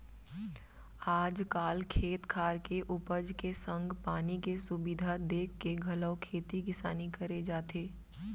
आज काल खेत खार के उपज के संग पानी के सुबिधा देखके घलौ खेती किसानी करे जाथे